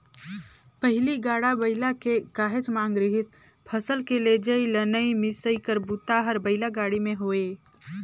पहिली गाड़ा बइला के काहेच मांग रिहिस फसल के लेजइ, लनइ, मिसई कर बूता हर बइला गाड़ी में होये